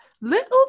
little